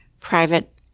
private